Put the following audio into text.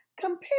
compare